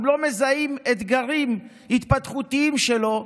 אם לא מזהים אתגרים התפתחותיים שלו,